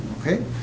Okay